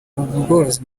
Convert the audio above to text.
ubworozi